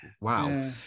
wow